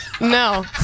No